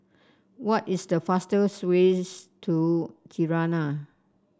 what is the fastest ways to Tirana